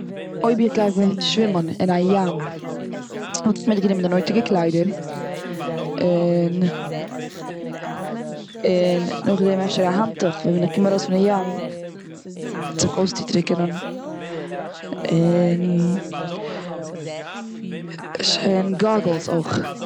אויב איך גיי שווימען און א ים. וואלט איך מיט גענומען די נויטיגע קליידער, און און, נאך דעם אפשר א האנטעך ווען איך קום ארויס פון די ים זיך אויס צוטריקענען. און ש- און גוגלס אויך.